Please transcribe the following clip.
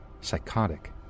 psychotic